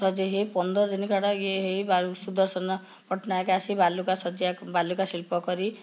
ସଜାଇ ହେଇ ପନ୍ଦର ଦିନ କାଳ ଇଏ ହେଇ ସୁଦର୍ଶନ ପଟ୍ଟନାୟକ ଆସି ବାଲୁକା ଶଯ୍ୟା ବାଲୁକା ଶିଳ୍ପ କରି